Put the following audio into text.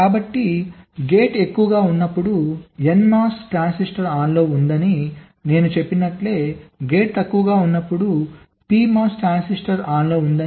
కాబట్టి గేట్ ఎక్కువగా ఉన్నప్పుడు NMOS ట్రాన్సిస్టర్ ఆన్లో ఉందని నేను చెప్పినట్లే గేట్ తక్కువగా ఉన్నప్పుడు PMOS ట్రాన్సిస్టర్ ఆన్లో ఉంది